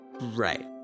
Right